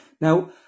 now